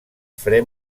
fre